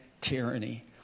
tyranny